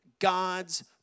God's